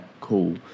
cool